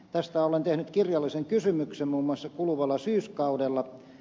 tästä olen tehnyt kirjallisen kysymyksen muun muassa kuluvalla syyskaudella